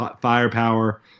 firepower